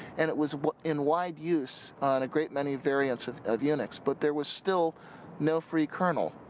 and it was in wide use on great many variants of of unix. but there was still no free kernel.